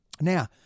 Now